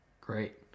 Great